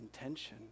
intention